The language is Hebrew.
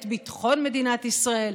את ביטחון מדינת ישראל,